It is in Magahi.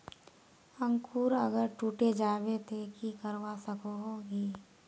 अंकूर अगर टूटे जाबे ते की करवा सकोहो ही?